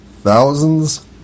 thousands